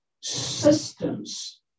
systems